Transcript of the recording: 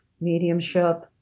mediumship